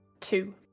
two